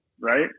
right